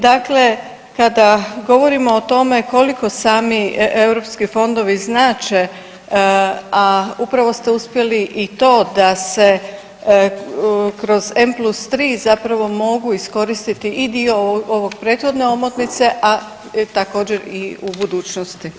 Dakle, kada govorimo o tome koliko sami EU fondovi znače, a upravo ste uspjeli i to da se kroz M+3 zapravo mogu iskoristiti i dio ove prethodne omotnice, a također, i u budućnosti.